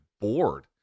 bored